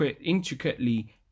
intricately